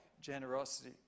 generosity